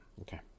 Okay